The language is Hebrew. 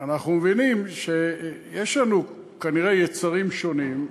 אנחנו מבינים שיש לנו כנראה יצרים שונים,